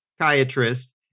psychiatrist